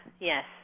yes